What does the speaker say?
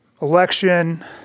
election